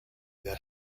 that